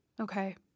Okay